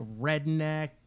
redneck